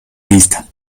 vista